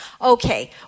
Okay